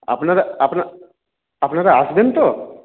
আপনারা আপনা আপনারা আসবেন তো